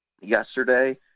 yesterday